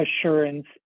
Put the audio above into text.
assurance